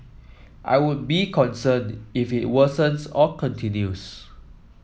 I would be concerned if it worsens or continues